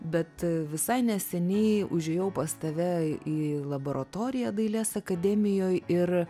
bet visai neseniai užėjau pas tave į laboratoriją dailės akademijoj ir